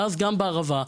ואז בערבה,